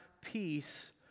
peace